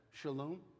shalom